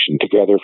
together